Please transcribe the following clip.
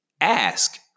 ask